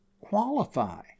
qualify